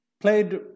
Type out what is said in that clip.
played